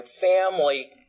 family